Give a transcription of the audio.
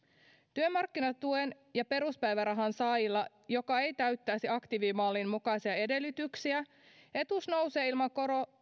työmarkkinatuen ja peruspäivärahan saajalla joka ei täyttäisi aktiivimallin mukaisia edellytyksiä etuus nousee ilman